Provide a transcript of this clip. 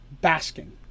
basking